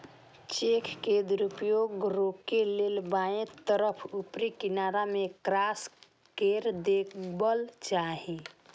cheque के दुरुपयोग रोकै लेल बायां तरफ ऊपरी किनारा मे क्रास कैर देबाक चाही